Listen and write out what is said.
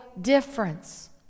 difference